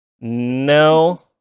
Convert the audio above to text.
No